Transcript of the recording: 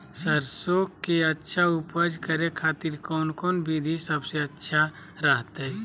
सरसों के अच्छा उपज करे खातिर कौन कौन विधि सबसे अच्छा रहतय?